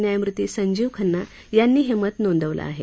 न्यायमूर्ती संजीव खन्ना यांनी हे मत नोदंवलं आहे